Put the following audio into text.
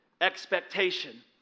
expectation